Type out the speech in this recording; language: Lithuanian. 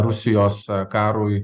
rusijos karui